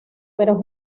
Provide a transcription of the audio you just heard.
pero